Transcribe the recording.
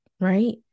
Right